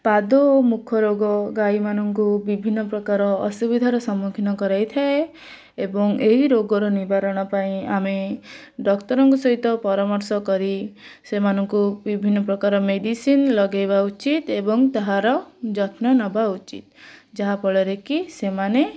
ପାଦ ଓ ମୁଖ ରୋଗ ଗାଈମାନଙ୍କୁ ବିଭିନ୍ନ ପ୍ରକାର ଅସୁବିଧାର ସମ୍ମୁଖୀନ କରାଇଥାଏ ଏବଂ ଏହି ରୋଗର ନିବାରଣ ପାଇଁ ଆମେ ଡକ୍ଟରଙ୍କ ସହିତ ପରାମର୍ଶ କରି ସେମାନଙ୍କୁ ବିଭିନ୍ନ ପ୍ରକାର ମେଡ଼ିସିନ ଲଗାଇବା ଉଚିତ ଏବଂ ତାହାର ଯତ୍ନ ନେବା ଉଚିତ ଯାହାଫଳରେ କି ସେମାନେ